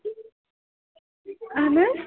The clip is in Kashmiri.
اَہَن حظ